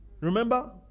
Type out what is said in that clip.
remember